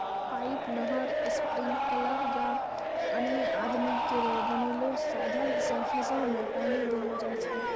pipe, नहर, sprinkler या अन्य आदमी केरो बनैलो साधन सें फसल में पानी देलो जाय छै